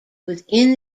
within